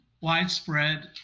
widespread